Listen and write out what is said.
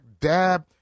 dab